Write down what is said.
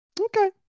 Okay